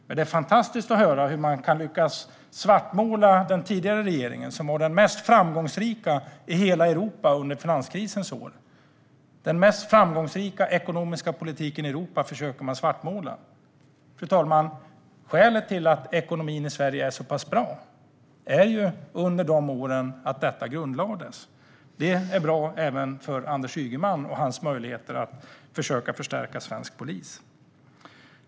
Men det är fantastiskt att höra hur man kan lyckas svartmåla den tidigare regeringen, som var den mest framgångsrika i hela Europa under finanskrisens år. Man försöker svartmåla den mest framgångsrika ekonomiska politiken i Europa. Fru ålderspresident! Skälet till att ekonomin i Sverige är så pass bra är att detta grundlades under de åren. Det är bra även för Anders Ygeman och hans möjligheter att försöka förstärka svensk polis.